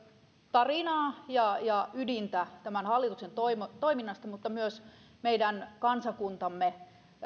tarinaa ja ja ydintä tämän hallituksen toiminnasta toiminnasta mutta myös meidän kansakuntamme